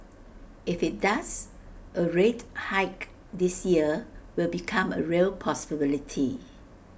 if IT does A rate hike this year will become A real possibility